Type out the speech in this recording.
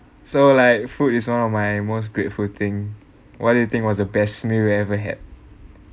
so like food is one of my most grateful thing what do you think was the best meal you ever had